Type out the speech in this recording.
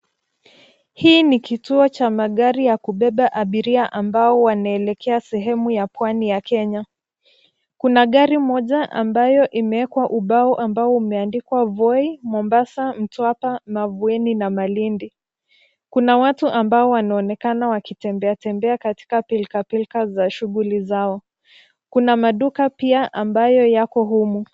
Hii ni kituo cha magari ya kubeba abiria ambao wanaelekea sehemu ya pwani ya Kenya. Kuna gari moja ambayo imeekwa ubao ambao umeandikwa: Voi, Mombasa, Mtwapa, Mavueni na Malindi. Kuna watu ambao wanaonekana wakitembea tembea katika pilkapilka za shughuli zao. Kuna maduka pia ambayo yako humu.